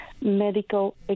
medical